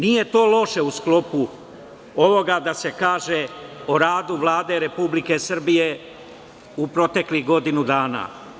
Nije to loše u sklopu ovoga da se kaže o radu Vlade Republike Srbije u proteklih godinu dana.